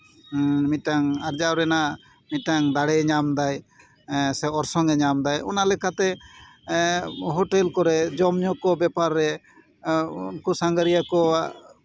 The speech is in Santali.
ᱢᱤᱫᱴᱟᱱ ᱟᱨᱡᱟᱣ ᱨᱮᱱᱟᱜ ᱢᱤᱫᱴᱟᱱ ᱫᱟᱬᱮᱭ ᱧᱟᱢᱫᱟᱭ ᱥᱮ ᱚᱨᱥᱚᱝ ᱧᱟᱢ ᱮᱫᱟᱭ ᱚᱱᱟ ᱞᱮᱠᱟᱛᱮ ᱦᱳᱴᱮᱞ ᱠᱚᱨᱮᱫ ᱡᱚᱢ ᱧᱩ ᱠᱚ ᱵᱮᱯᱟᱨ ᱨᱮ ᱩᱱᱠᱩ ᱥᱟᱸᱜᱷᱟᱨᱤᱭᱟᱹ ᱠᱚᱣᱟᱜ